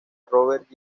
robert